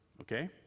Okay